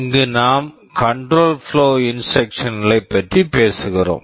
இங்கு நாம் control flow control flow instructions instructions களைப் பற்றி பேசுகிறோம்